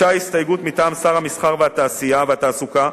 הוגשה הסתייגות מטעם שר התעשייה, המסחר והתעסוקה,